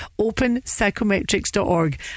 openpsychometrics.org